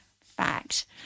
fact